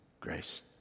grace